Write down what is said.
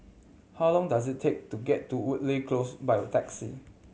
how long does it take to get to Woodleigh Close by taxi